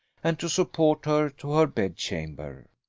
and to support her to her bedchamber.